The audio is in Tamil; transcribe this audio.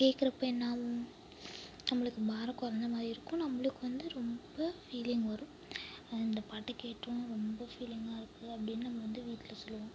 கேக்கிறப்ப என்னாகும் நம்மளுக்கு பாரம் கொறைஞ்ச மாதிரிருக்கும் நம்மளுக்கு வந்து ரொம்ப ஃபீலிங் வரும் அந்த பாட்டை கேட்டோம் ரொம்ப ஃபீலிங்காயிருக்கு அப்படின்னு நம்ம வந்து வீட்டில் சொல்வோம்